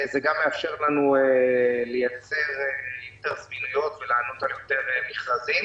זה גם מאפשר לנו לייצר יותר --- ולענות על יותר מכרזים.